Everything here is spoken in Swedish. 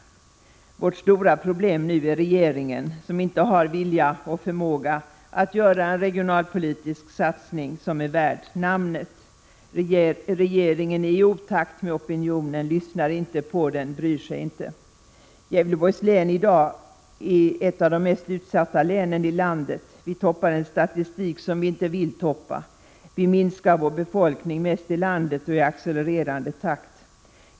Vårt stora problem nu är regeringen som inte har vilja och förmåga att göra 141 Prot. 1986/87:128 en regionalpolitisk satsning som är värd namnet. Regeringen är i otakt med opinionen, lyssnar inte på den och bryr sig inte. Gävleborgs län är i dag ett av de mest utsatta länen i landet. Vi toppar en statistik som vi inte vill toppa — vår befolkning minskar mest i landet och i accelererande takt.